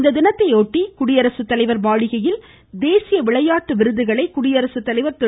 இத்தினத்தையொட்டி குடியரசுத்தலைவர் கேசிய விளையாட்டு விருதுகளை குடியரசுத்தலைவர் திரு